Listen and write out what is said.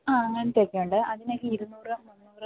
ആ അങ്ങനത്തെ ഒക്കെ ഉണ്ട് അതിനൊക്കെ ഇരുന്നൂറ് മുന്നൂറ്